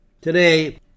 Today